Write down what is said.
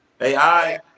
AI